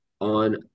on